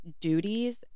duties